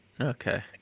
okay